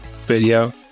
video